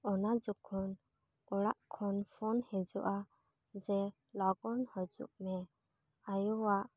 ᱚᱱᱟ ᱡᱚᱠᱷᱚᱱ ᱚᱲᱟᱜ ᱠᱷᱚᱱ ᱯᱷᱳᱱ ᱦᱤᱡᱩᱜᱼᱟ ᱡᱮ ᱞᱚᱜᱚᱱ ᱦᱤᱡᱩᱜᱼᱢᱮ ᱟᱭᱳᱣᱟᱜ